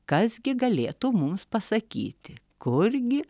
kas gi galėtų mums pasakyti kurgi